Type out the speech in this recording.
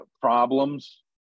problems